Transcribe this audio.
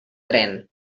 tren